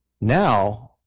Now